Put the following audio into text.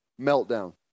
Meltdown